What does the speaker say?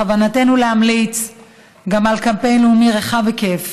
בכוונתנו להמליץ גם על קמפיין לאומי רחב היקף